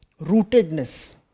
rootedness